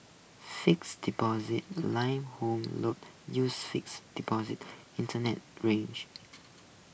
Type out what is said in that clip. fixed deposit line home loans uses fixed deposit Internet range